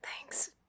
Thanks